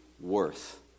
worth